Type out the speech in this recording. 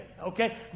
Okay